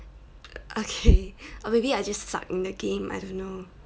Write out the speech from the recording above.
okay or maybe I just suck in the game I don't know